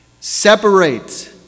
separate